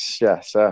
yes